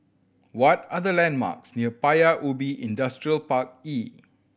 what are the landmarks near Paya Ubi Industrial Park E